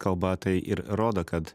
kalba tai ir rodo kad